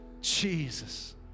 Jesus